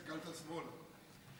הסתכלת שמאלה.